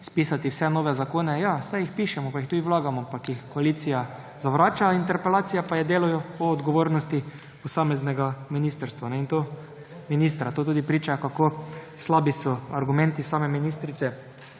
spisati vse nove zakone. Ja, saj jih pišemo in jih tudi vlagamo, ampak jih koalicija zavrača. Interpelacija pa je o delu, o odgovornosti posameznega ministrstva, ministra, to tudi priča, kako slabi so argumenti same ministrice,